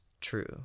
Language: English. true